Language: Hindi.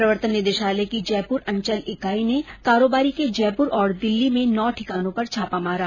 प्रर्वतन निदेशालय की जयपुर अंचल इकाई ने कारोबारी के जयपुर और दिल्ली में नौ ठिकानों पर छापा मारा